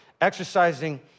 exercising